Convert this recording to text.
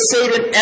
Satan